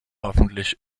hoffentlich